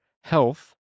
health